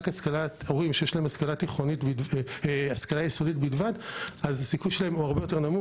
הורים באוכלוסייה היהודית שיש להם השכלה יסודית בלבד או השכלה נמוכה